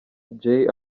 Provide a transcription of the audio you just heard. jay